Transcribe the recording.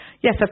yes